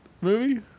movie